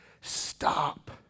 stop